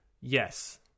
Yes